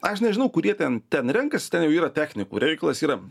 aš nežinau kurie ten ten renkasi ten jau yra technikų reikalas yra